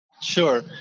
Sure